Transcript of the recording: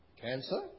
cancer